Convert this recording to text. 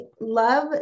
love